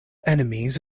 enemies